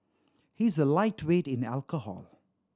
he is a lightweight in alcohol